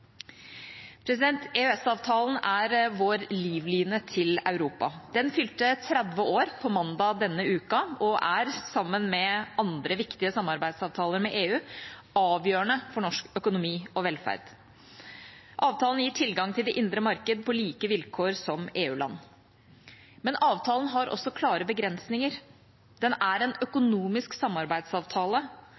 er vår livline til Europa. Den fylte 30 år på mandag denne uka og er, sammen med andre viktige samarbeidsavtaler med EU, avgjørende for norsk økonomi og velferd. Avtalen gir tilgang til det indre marked på like vilkår som EU-land. Men avtalen har også klare begrensninger. Den er en økonomisk samarbeidsavtale